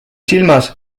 silmas